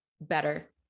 better